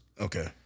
Okay